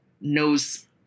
knows